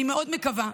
אני מאוד מקווה,